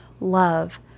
love